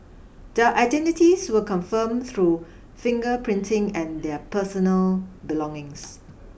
their identities were confirmed through finger printing and their personal belongings